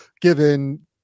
given